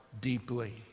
deeply